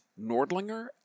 nordlinger